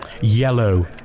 Yellow